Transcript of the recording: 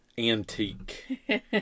antique